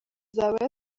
izaba